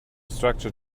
structure